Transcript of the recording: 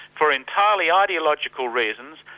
for entirely ideological reasons,